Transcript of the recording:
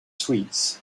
sweets